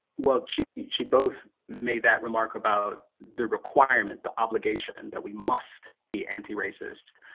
well, she she both made that remark about the requirement the obligation that we must be anti-racist